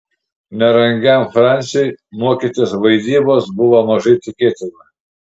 nerangiam fransiui mokytis vaidybos buvo mažai tikėtina